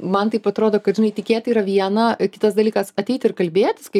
man taip atrodo kad žinai tikėti yra viena kitas dalykas ateiti ir kalbėtis kai